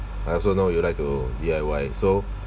I also know you like to D_I_Y so